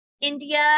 India